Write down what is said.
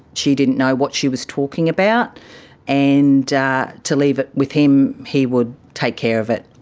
she didn't know what she was talking about and to leave it with him, he would take care of it.